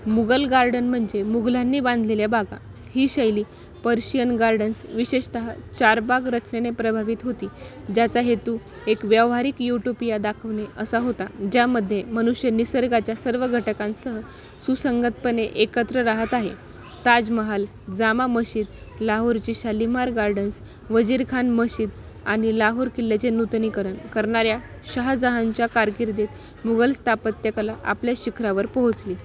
Mughal garden म्हणजे मुगलांनी बांधलेल्या बागा ही शैली पर्शियन गार्डन्स विशेषतः चारबाग रचनेने प्रभावित होती ज्याचा हेतू एक व्यावहारिक यूटुपिया दाखवणे असा होता ज्यामध्ये मनुष्य निसर्गाच्या सर्व घटकांसह सुसंगतपणे एकत्र राहत आहे ताजमहल जामा मशीद लाहोरची शालीमार गार्डन्स वजीर खान मशीद आणि लाहोर किल्ल्याचे नूतनीकरण करणाऱ्या शाहजहानच्या कारकिर्दीत मुगल स्थापत्य कला आपल्या शिखरावर पोहोचली